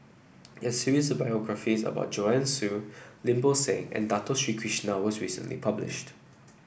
a series of biographies about Joanne Soo Lim Bo Seng and Dato Sri Krishna was recently published